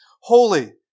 holy